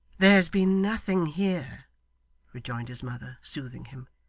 there has been nothing here rejoined his mother, soothing him.